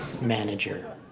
manager